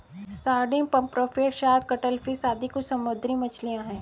sardine, पप्रोम्फेट, shark, cuttlefish आदि कुछ समुद्री मछलियाँ हैं